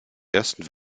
ersten